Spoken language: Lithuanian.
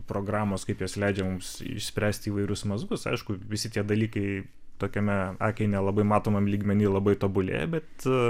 programos kaip jos leidžia mums išspręsti įvairius mazgus aišku visi tie dalykai tokiame akiai nelabai matomam lygmeny labai tobulėja bet